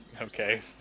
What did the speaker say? Okay